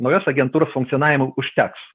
naujos agentūros funkcionavimui užteks